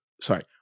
sorry